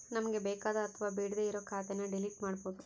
ನಮ್ಗೆ ಬೇಕಾದ ಅಥವಾ ಬೇಡ್ಡೆ ಇರೋ ಖಾತೆನ ಡಿಲೀಟ್ ಮಾಡ್ಬೋದು